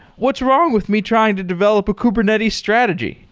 what's wrong with me trying to develop a kubernetes strategy?